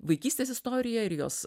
vaikystės istorija ir jos